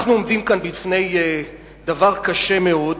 אנחנו עומדים כאן בפני דבר קשה מאוד,